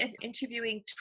interviewing